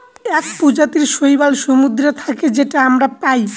এক প্রজাতির শৈবাল সমুদ্রে থাকে যেটা আমরা পায়